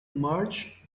march